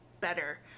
better